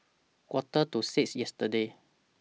Quarter to six yesterday